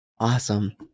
Awesome